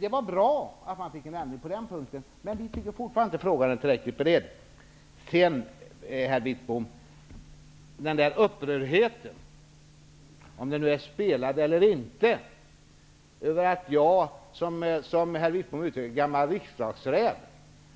Det var bra att det blev en ändring på den punkten, men vi anser fortfarande att frågan inte är tillräckligt beredd. Bengt Wittbom visade stor upprördhet -- vare sig den var spelad eller inte -- över att jag, som Bengt Wittbom uttryckte det, som gammal riksdagsräv